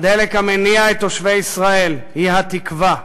הדלק המניע את תושבי ישראל, הוא התקווה,